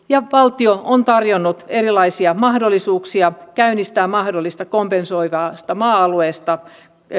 ja valtio on tarjonnut erilaisia mahdollisuuksia käynnistää keskusteluita mahdollisesta kompensoivasta maa alueesta